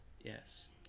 yes